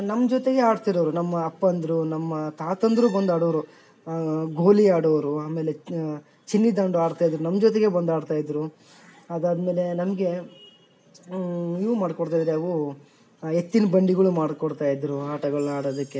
ನಮ್ಮ ಜೊತೆಗೆ ಆಡ್ತಿರೋರು ನಮ್ಮ ಅಪ್ಪಂದಿರು ನಮ್ಮ ತಾತಂದಿರು ಬಂದು ಆಡೋರು ಗೋಲಿ ಆಡೋರು ಆಮೇಲೆ ಗಿಲ್ಲಿ ದಾಂಡು ಆಡ್ತಾ ಇದ್ದರು ನಮ್ಮ ಜೊತೆಗೆ ಬಂದು ಆಡ್ತಾ ಇದ್ದರು ಅದಾದ್ಮೇಲೆ ನಮಗೆ ಇವ ಮಾಡ್ಕೊಡ್ತಿದ್ ಯಾವು ಎತ್ತಿನ ಬಂಡಿಗುಳು ಮಾಡ್ಕೊಡ್ತಾ ಇದ್ದರು ಆಟಗಳನ್ನ ಆಡೋದಕ್ಕೆ